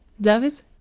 David